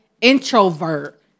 introvert